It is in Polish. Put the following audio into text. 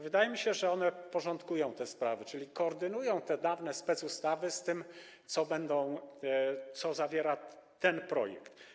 Wydaje mi się, że one porządkują pewne sprawy, czyli koordynują dawne specustawy z tym, co zawiera ten projekt.